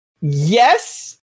Yes